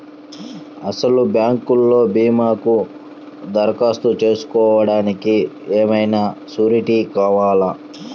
అసలు బ్యాంక్లో భీమాకు దరఖాస్తు చేసుకోవడానికి ఏమయినా సూరీటీ కావాలా?